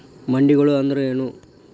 ಮಂಡಿಗಳು ಅಂದ್ರೇನು?